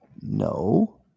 no